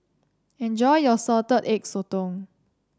enjoy your Salted Egg Sotong